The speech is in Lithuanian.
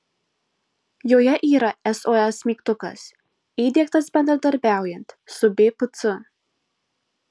joje yra sos mygtukas įdiegtas bendradarbiaujant su bpc